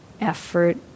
Effort